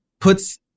puts